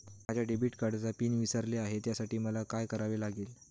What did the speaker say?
माझ्या डेबिट कार्डचा पिन विसरले आहे त्यासाठी मला काय करावे लागेल?